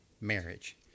marriage